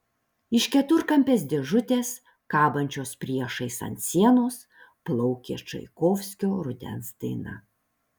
iš keturkampės dėžutės kabančios priešais ant sienos plaukė čaikovskio rudens daina